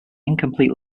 incomplete